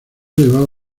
llevaba